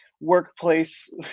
workplace